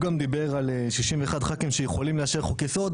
הוא גם דיבר על 61 ח"כים שיכולים לאשר חוק יסוד,